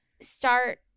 start